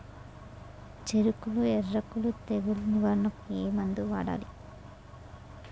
చెఱకులో ఎర్రకుళ్ళు తెగులు నివారణకు ఏ మందు వాడాలి?